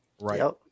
right